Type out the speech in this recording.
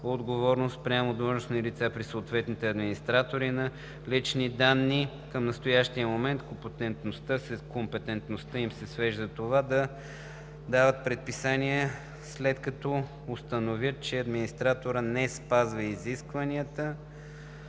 отговорност спрямо длъжностни лица при съответните администратори на лични данни. Към настоящия момент компетентността им се свежда до това да дават предписания, след като установят, че администраторът не спазва изискванията.